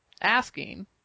asking